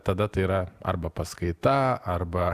tada tai yra arba paskaita arba